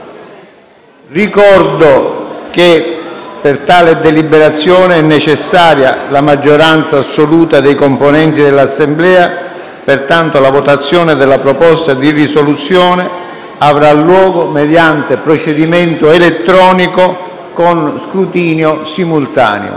Avverto che per tale deliberazione è necessaria la maggioranza assoluta dei componenti dell'Assemblea. Pertanto, la votazione della proposta di risoluzione avrà luogo mediante procedimento elettronico con scrutinio simultaneo.